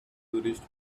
tourists